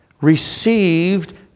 received